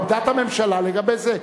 עמדת הממשלה לגבי זה.